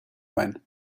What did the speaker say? when